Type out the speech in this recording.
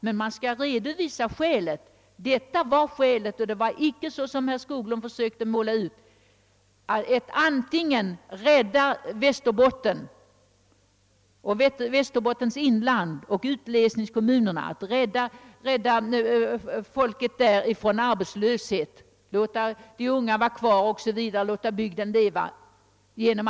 Men då skall man också redovisa detta och icke, såsom herr Skoglund försökt, utmåla det som om ett kraftverksbygge skulle rädda Västerbottens inland, rädda avfolkningskommunerna från arbetslöshet, hålla kvar de unga i trakten och låta kommunen leva vidare.